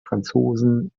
franzosen